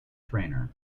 trainer